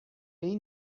این